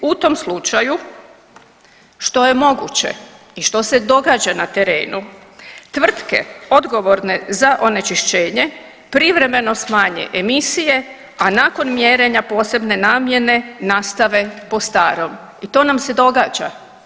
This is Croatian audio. U tom slučaju, što je moguće i što se događa na terenu, tvrtke odgovorne za onečišćenje privremeno smanje emisije, a nakon mjerenja posebne namjene, nastave po starom i to nam se događa.